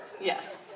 Yes